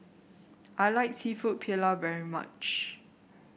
I like seafood Paella very much